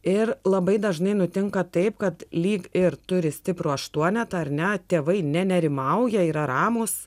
ir labai dažnai nutinka taip kad lyg ir turi stiprų aštuonetą ar ne tėvai ne nerimauja yra ramūs